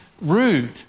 rude